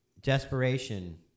desperation